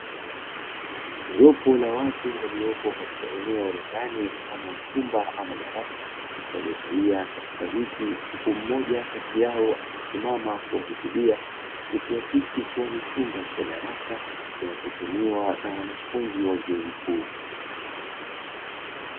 Jopo la watu waliopo katika eneo la ndani mfano wa chumba hama darasa waliokalia katika viti. Huku mmoja kati yao akisimamia kuwahutubia. Ikiahikisi kuwa ni chumba cha darasa kinachotumiwa na wanafunzi wa chuo kikuu.